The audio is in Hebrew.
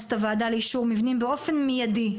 את הוועדה לאישור מבנים באופן מיידי,